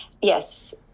yes